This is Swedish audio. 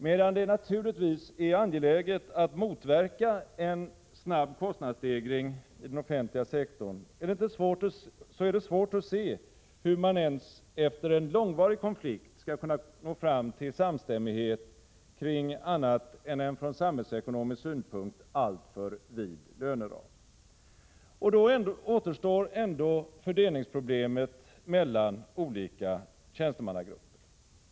Medan det naturligtvis är angeläget att motverka en snabb kostnadsstegring i den offentliga sektorn, är det svårt att se hur man ens efter en långvarig konflikt skall kunna nå fram till samstämmighet kring annat än en från samhällsekonomisk synpunkt alltför vid löneram. Och då återstår ändå fördelningsproblemet mellan olika tjänstemannagrupper.